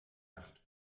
yacht